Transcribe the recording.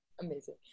amazing